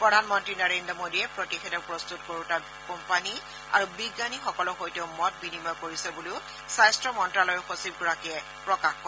প্ৰধানমন্ত্ৰী নৰেড্ৰ মোদীয়ে প্ৰতিষেধক প্ৰস্তুত কৰোতা কোম্পানী আৰু বিজ্ঞানীসকলৰ সৈতেও মত বিনিময় কৰিছে বুলিও স্বাস্থ্য মন্ত্ৰালয়ৰ সচিবগৰাকীয়ে প্ৰকাশ কৰে